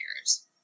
years